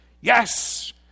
yes